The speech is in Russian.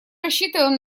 рассчитываем